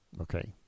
Okay